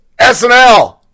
SNL